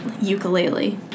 ukulele